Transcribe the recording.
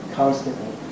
constantly